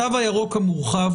התו הירוק המורחב,